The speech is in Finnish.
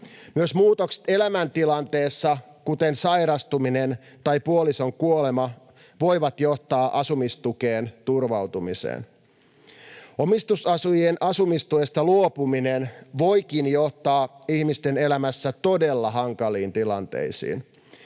Myös muutokset elämäntilanteessa, kuten sairastuminen tai puolison kuolema, voivat johtaa asumistukeen turvautumiseen. Omistusasujien asumistuesta luopuminen voikin johtaa ihmisten elämässä todella hankaliin tilanteisiin.